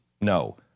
No